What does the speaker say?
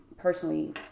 personally